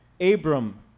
Abram